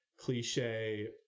cliche